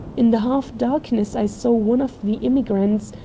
in the half-darkness i saw one of the immigrants,